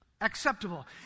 acceptable